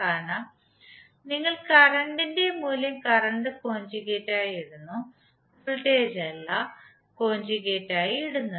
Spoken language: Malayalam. കാരണം നിങ്ങൾ കറന്റ് ഇന്റെ മൂല്യം കറന്റ് കോൺജഗേറ്റായി ഇടുന്നു വോൾടേജ് അല്ല കോഞ്ചുഗേറ്റായി ഇടുന്നത്